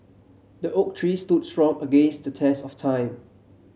the oak tree stood strong against the test of time